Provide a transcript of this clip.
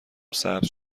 سبز